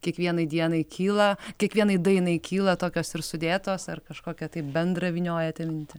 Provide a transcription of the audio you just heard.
kiekvienai dienai kyla kiekvienai dainai kyla tokios ir sudėtos ar kažkokią tai bendrą vyniojate mintį